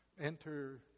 Enter